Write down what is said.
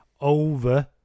over